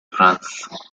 france